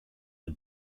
are